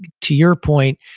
to your point,